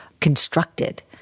constructed